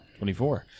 24